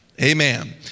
Amen